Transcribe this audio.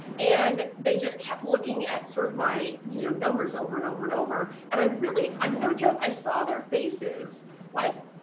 and they just kept looking at sort of my you know numbers over and over and over. and i really, ah no joke, i saw their faces like